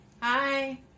Hi